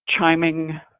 chiming